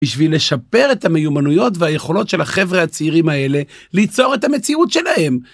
בשביל לשפר את המיומנויות והיכולות של החבר'ה הצעירים האלה ליצור את המציאות שלהם.